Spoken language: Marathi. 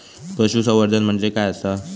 पशुसंवर्धन म्हणजे काय आसा?